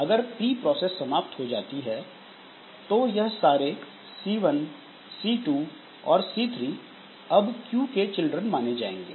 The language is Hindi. अगर P प्रोसेस समाप्त हो जाती है तो यह सारे C1 C2 और C3 अब Q के चिल्ड्रन माने जाएंगे